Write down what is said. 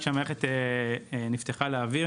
כשהמערכת עלתה לאוויר,